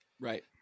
Right